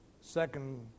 Second